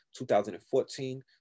2014